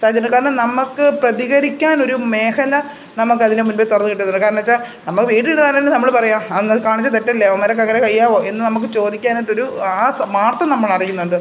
സാധിച്ചിട്ടുണ്ട് കാരണം നമുക്ക് പ്രതികരിക്കാനൊരു മേഘല നമുക്കതിന് മുൻപേ തുറന്നുകിട്ടുന്നുണ്ട് കാരണം വെച്ചാൽ നമ്മൾ വീട്ടിൽ നിന്നവർ നമ്മൾ പറയുക അത് കാണിച്ചത് തെറ്റല്ലേ അവന്മാർക്ക് എങ്ങനെ കഴിയാവോ എന്ന് നമുക്ക് ചോദിക്കാനായിട്ടൊരു ആ സ് മാപ്പ് നമ്മൾ അറിയുന്നുണ്ട്